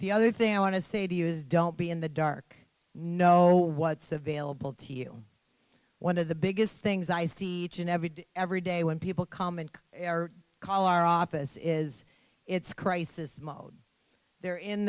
the other thing i want to say to you is don't be in the dark know what's available to you one of the biggest things i see each and every day every day when people comment or call our office is its crisis mode they're in